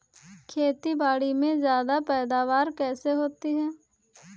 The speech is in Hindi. खेतीबाड़ी में ज्यादा पैदावार कैसे होती है?